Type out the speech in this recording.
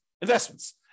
investments